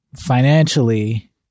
financially